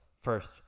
first